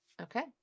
okay